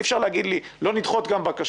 אי אפשר להגיד לי שלא נדחות בקשות.